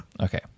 Okay